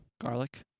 Garlic